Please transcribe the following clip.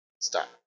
stop